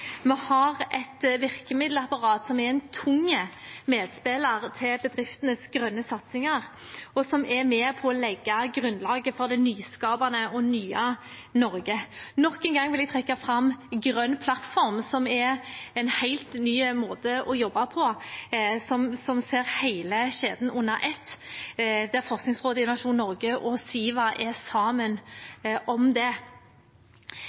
Vi har et virkemiddelapparat som er en tung medspiller til bedriftenes grønne satsinger, og som er med på å legge grunnlaget for det nyskapende og nye Norge. Nok en gang vil jeg trekke fram Grønn plattform, som er en helt ny måte å jobbe på, som ser hele kjeden under ett, der Forskningsrådet, Innovasjon Norge og Siva er sammen om det.